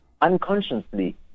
unconsciously